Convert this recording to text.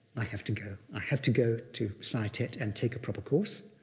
i have to go. i have to go to saya thet and take a proper course.